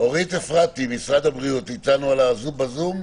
אורית אפרתי ממשרד הבריאות, איתנו בזום?